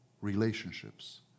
relationships